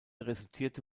resultierte